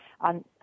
on